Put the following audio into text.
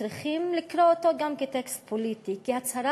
צריכים לקרוא אותו גם כטקסט פוליטי,